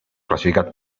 classificat